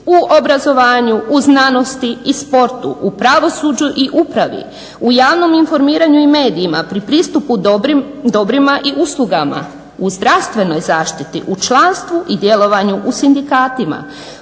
u obrazovanju, u znanosti i sportu, u pravosuđu i upravi, u javnom informiranju i medijima, pri pristupu dobrima i uslugama, u zdravstvenoj zaštiti, u članstvu i djelovanju u sindikatima,